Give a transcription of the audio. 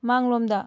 ꯃꯥꯡ ꯂꯣꯝꯗ